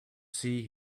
see